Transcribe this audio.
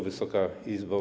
Wysoka Izbo!